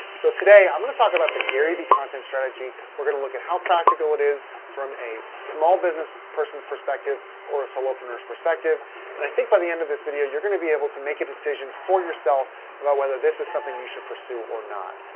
so today i'm going to talk about the gary vee content strategy. we're going to look at how practical it is from a small business person's perspective or a solopreneur's perspective and i think by the end of this video you're going to be able to make a decision for yourself about whether this is something you should pursue or not.